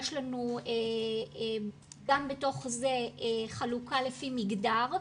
יש לנו גם בתוך זה חלוקה לפי מגדר,